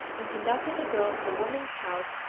and conducted the girl to the women's house,